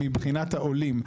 מבחינת העולים,